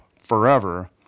forever